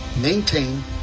maintain